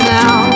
now